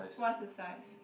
what's your size